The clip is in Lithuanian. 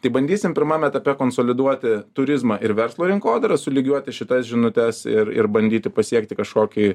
tai bandysim pirmam etape konsoliduoti turizmą ir verslo rinkodarą sulygiuoti šitas žinutes ir ir bandyti pasiekti kažkokį